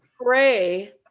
pray